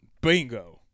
Bingo